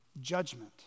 judgment